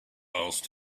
asked